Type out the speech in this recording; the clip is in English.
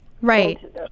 Right